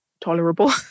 tolerable